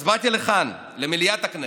אז באתי לכאן, למליאת הכנסת.